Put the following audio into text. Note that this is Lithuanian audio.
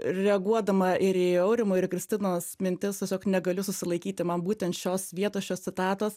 reaguodama ir į aurimo ir kristinos mintis tiesiog negaliu susilaikyti man būtent šios vietos šios citatos